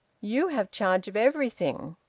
you have charge of everything.